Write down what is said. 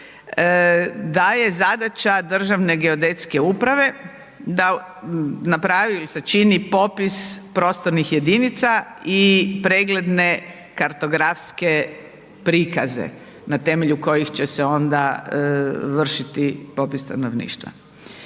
da je zadaća Državne geodetske uprave da napravi ili sačini popis prostornih jedinica i pregledne kartografske prikaze na temelju kojih će se onda vršiti popis stanovništva.